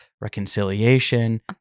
reconciliation